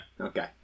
Okay